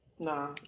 No